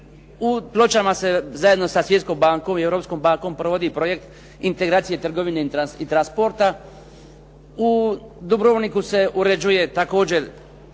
U Pločama se zajedno sa Svjetskom bankom i Europskom bankom provodi projekte integracije trgovine i transporta. U Dubrovniku se uređuje također